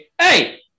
Hey